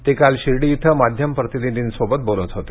ते काल शिर्डी इथं माध्यम प्रतिनिधींशी बोलत होते